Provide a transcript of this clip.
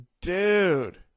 Dude